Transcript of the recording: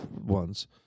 ones